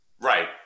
Right